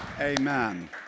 Amen